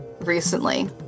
recently